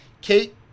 Kate